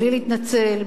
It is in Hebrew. בלי להתנצל,